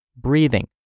breathing